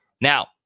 Now